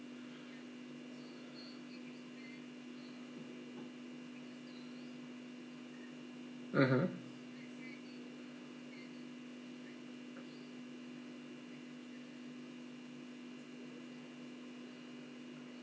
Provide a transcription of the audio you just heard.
mmhmm